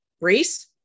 Reese